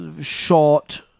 short